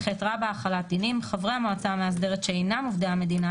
החלת דינים 8ח. חברי המועצה המאסדרת שאינם עובדי המדינה,